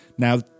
Now